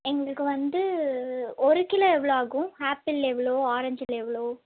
எங்களுக்கு வந்து ஒரு கிலோ எவ்வளோ ஆகும் ஆப்பிள்ள எவ்வளோ ஆரஞ்சில் எவ்வளோ